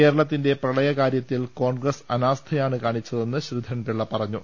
കേരള ത്തിന്റെ പ്രളയകാര്യത്തിൽ കോൺഗ്രസ് അനാസ്ഥയാണ് കാണി ച്ചതെന്ന് ശ്രീധരൻപിള്ള പറഞ്ഞു